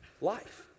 life